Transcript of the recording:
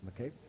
okay